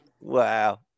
Wow